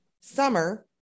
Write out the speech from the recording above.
summer